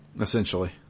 essentially